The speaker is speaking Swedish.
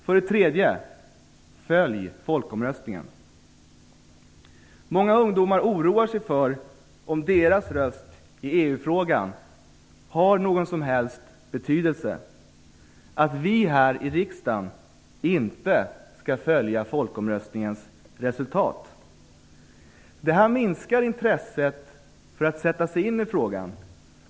För det tredje - följ folkomröstningen! Många ungdomar oroar sig för om deras röst i EU-frågan har någon som helst betydelse, att vi här i riksdagen inte skall följa omröstningens resultat. Det minskar intresset för att sätta sig in i frågan.